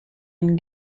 and